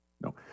No